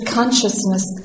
consciousness